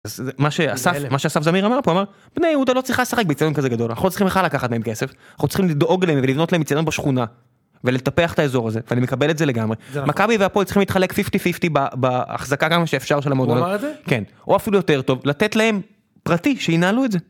מה שאסף... מה שאסף זמיר אמר פה, אמר: בני יהודה לא צריכה לשחק באצטדיון כזה גדול. אנחנו לא צריכים בכלל לקחת מהם כסף. אנחנו צריכים לדאוג להם ולבנות להם אצטדיון בשכונה. ולטפח את האזור הזה, ואני מקבל את זה לגמרי. מכבי והפועל צריכים להתחלק 50 50 בהחזקה כמה שאפשר של המודעות. הוא אמר את זה?! כן. או אפילו יותר טוב לתת להם פרטי שינהלו את זה.